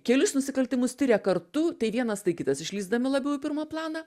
kelis nusikaltimus tiria kartu tai vienas tai kitas išlįsdami labiau į pirmą planą